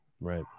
Right